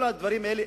כל הדברים האלה,